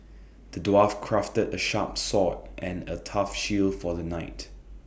the dwarf crafted A sharp sword and A tough shield for the knight